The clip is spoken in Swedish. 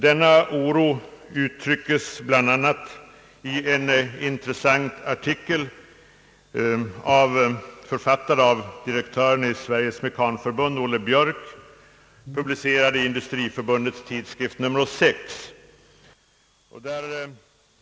Denna oro uttrycks bl.a. i en intressant artikel i Industriförbundets tidskrift nr 6, författad av direktören i Sveriges mekanförbund Olle Björck.